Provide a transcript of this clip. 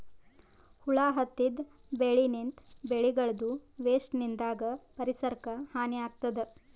ಹುಳ ಹತ್ತಿದ್ ಬೆಳಿನಿಂತ್, ಬೆಳಿಗಳದೂ ವೇಸ್ಟ್ ನಿಂದಾಗ್ ಪರಿಸರಕ್ಕ್ ಹಾನಿ ಆಗ್ತದ್